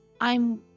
I'm-